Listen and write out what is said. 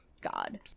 God